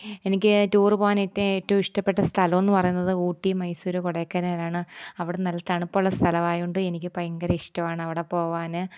എനിക്ക് ടൂർ പോവാനേറ്റവും ഏറ്റവും ഇഷ്ടപ്പെട്ട സ്ഥലമെന്ന് പറയുന്നത് ഊട്ടി മൈസൂർ കൊടൈക്കനാലാണ് അവിടെ നല്ല തണുപ്പുള്ള സ്ഥലമയതുകൊണ്ട് എനിക്ക് ഭയങ്കര ഇഷ്ടമാണ് അവിടെ പോവാൻ